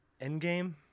Endgame